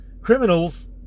criminals